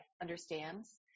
understands